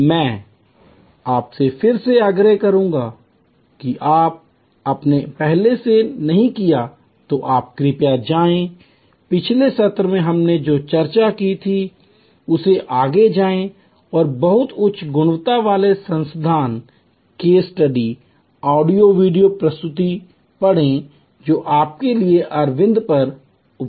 और मैं आपसे फिर से आग्रह करूंगा अगर आपने पहले से नहीं किया है तो कृपया जाएं पिछले सत्र में हमने जो चर्चा की थी उससे आगे जाएं और बहुत उच्च गुणवत्ता वाले संसाधन केस स्टडी ऑडियो वीडियो प्रस्तुतियां पढ़ें जो आपके लिए अरविंद पर उपलब्ध हैं